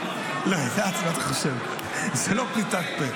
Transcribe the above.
לא, ידעתי מה אתה חושב, זו לא פליטת פה.